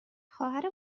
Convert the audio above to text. خواهر